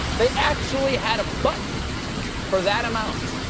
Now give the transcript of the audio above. they actually had a button for that amount.